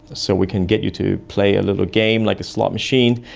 so we can get you to play a little game, like a slot machine,